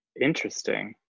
Interesting